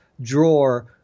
drawer